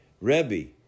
Rebbe